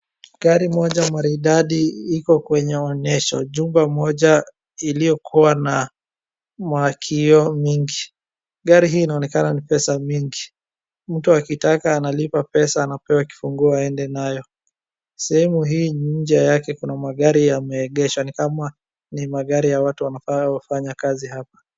Gari moja maridadi iko kwenye onyesho. Jumba moja iliyokuwa na kioo mingi. Gari hii inaonekana ni pesa mingi. Mtu akitaka analipa pesa anapewa kifunguo aende nayo. Sehemu hii nje yake kuna magari yameegeshwa ni kama ni magari ya watu wanafanya kazi hapa.